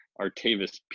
Artavis